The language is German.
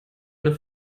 eine